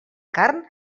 carn